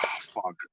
fuck